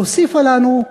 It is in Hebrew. והוסיפה לנו,